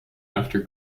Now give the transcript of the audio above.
after